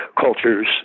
cultures